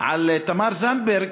על תמר זנדברג,